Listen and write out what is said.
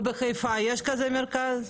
ובחיפה יש כזה מרכז?